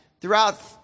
throughout